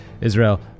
Israel